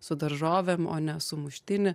su daržovėm o ne sumuštinį